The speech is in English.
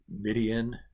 Midian